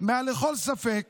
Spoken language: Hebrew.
מעל לכל ספק